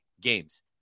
games